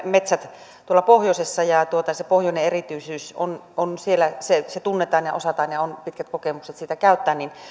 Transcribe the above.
metsät ovat tuolla pohjoisessa ja se pohjoinen erityisyys siellä tunnetaan ja osataan ja on pitkät kokemukset sitä käyttää niin